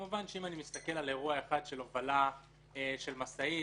כמובן אם אני מסתכל על אירוע אחד של הובלה של משאית,